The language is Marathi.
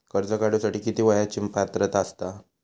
कर्ज काढूसाठी किती वयाची पात्रता असता?